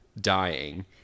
dying